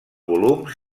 volums